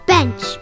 Bench